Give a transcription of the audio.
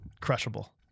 Crushable